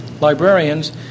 Librarians